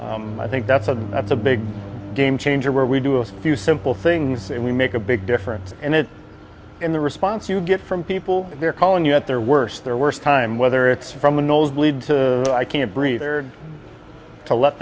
them i think that's one of the big game changer where we do a few simple things and we make a big difference and it's in the response you get from people they're calling you at their worst their worst time whether it's from a nosebleed to i can't breathe or to let